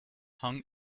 hung